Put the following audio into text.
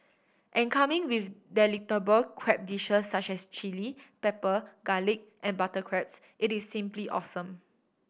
and coming with delectable crab dishes such as chilli pepper garlic and butter crabs it is simply awesome